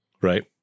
right